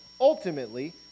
ultimately